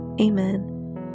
Amen